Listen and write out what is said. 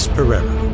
Pereira